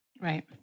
right